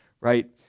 Right